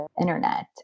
internet